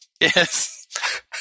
Yes